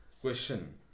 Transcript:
question